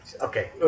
Okay